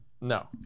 No